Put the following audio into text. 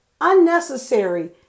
unnecessary